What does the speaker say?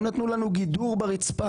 הם נתנו לנו גידור ברצפה.